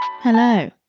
hello